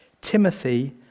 Timothy